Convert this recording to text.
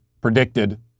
predicted